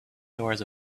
doors